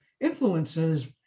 influences